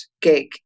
gig